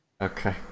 Okay